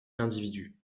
l’individu